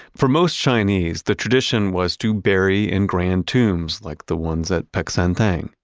for most chinese, the tradition was to bury in grand tombs like the ones at peck san theng.